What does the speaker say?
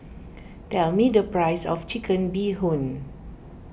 tell me the price of Chicken Bee Hoon